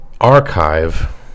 archive